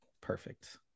perfect